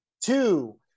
two